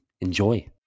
Enjoy